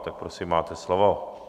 Tak prosím, máte slovo.